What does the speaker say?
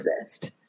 exist